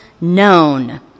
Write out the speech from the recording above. known